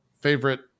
favorite